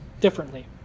differently